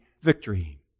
victory